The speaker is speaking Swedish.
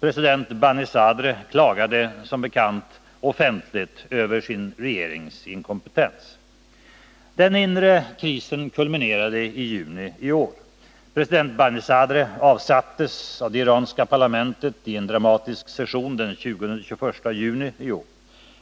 President Banisadr klagade som bekant offentligt över sin regerings inkompetens. Den inre krisen kulminerade i juni i år. President Banisadr avsattes av det iranska parlamentet vid en dramatisk session den 20-21 juni i år.